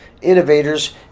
innovators